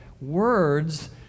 words